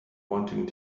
wanting